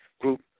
group